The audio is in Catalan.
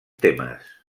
temes